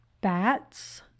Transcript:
bats